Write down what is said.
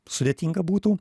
sudėtinga būtų